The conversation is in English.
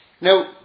Now